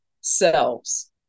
selves